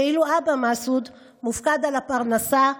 ואילו אבא מסעוד מופקד על הפרנסה והחינוך.